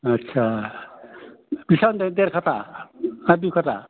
आच्चा बेसेबां होनदों देर खाथा ना दुइ खाथा